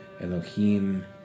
Elohim